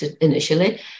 initially